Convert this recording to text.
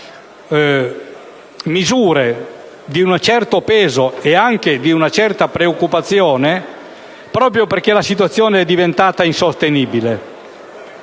misure di un certo peso e dettate anche da una certa preoccupazione, proprio perché la situazione è diventata insostenibile.